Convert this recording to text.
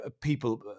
people